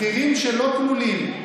בכירים שלא כלולים,